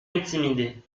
intimidé